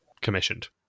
commissioned